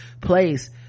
place